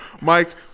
Mike